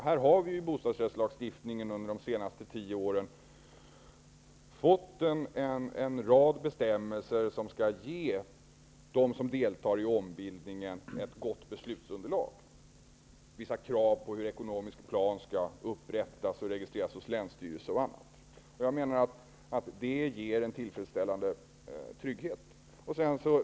Här har vi i bostadsrättslagstiftningen under de senaste tio åren fått en rad bestämmelser som skall ge dem som deltar i ombildningen ett gott beslutsunderlag -- det ställs vissa krav på hur ekonomisk plan skall upprättas och registreras hos länstyrelse och annat. Jag menar att det ger en tillfredsställande trygghet.